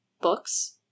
books